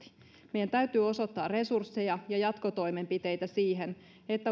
meidän täytyy osoittaa resursseja ja jatkotoimenpiteitä siihen että